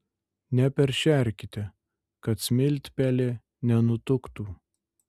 neperšerkite kad smiltpelė nenutuktų